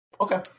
Okay